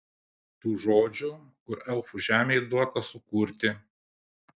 tų žodžių kur elfų žemei duota sukurti